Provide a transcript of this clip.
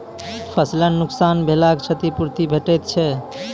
फसलक नुकसान भेलाक क्षतिपूर्ति भेटैत छै?